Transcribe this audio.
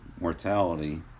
mortality